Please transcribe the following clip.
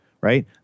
right